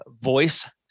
voice